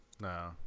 No